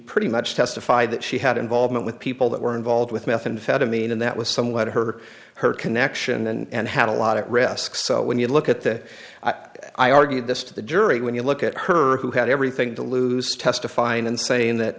pretty much testified that she had involvement with peep all that were involved with methamphetamine and that was somewhat her her connection and had a lot of risk so when you look at the i argued this to the jury when you look at her who had everything to lose testifying and saying that